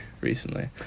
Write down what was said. recently